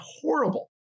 horrible